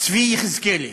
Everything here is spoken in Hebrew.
צבי יחזקאלי.